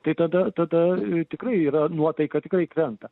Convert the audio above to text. tai tada tada tikrai yra nuotaika tikrai krenta